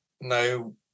no